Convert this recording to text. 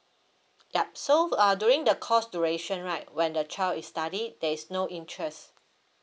yup so uh during the course duration right when the child is study there is no interest